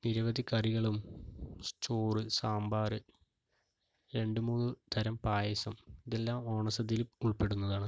നിരവധി കറികളും ചോറ് സാമ്പാറ് രണ്ട് മൂന്ന് തരം പായസം ഇതെല്ലാം ഓണസദ്യയിൽ ഉൾപ്പെടുന്നതാണ്